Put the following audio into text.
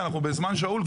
אנחנו על זמן שאול.